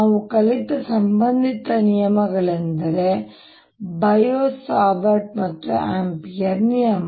ನಾವು ಕಲಿತ ಸಂಬಂಧಿತ ನಿಯಮಗಳೆಂದರೆ ಬಯೋ ಸವರ್ಟ್ ಮತ್ತು ಆಂಪಿಯರ್ ನಿಯಮ